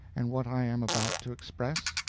and what i am about to express?